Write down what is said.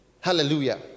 Hallelujah